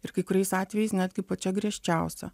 ir kai kuriais atvejais netgi pačia griežčiausia